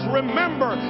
remember